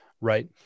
right